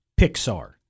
Pixar